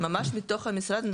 ממש מתוך המשרד,